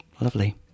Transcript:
Lovely